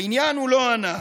לעניין הוא לא ענה.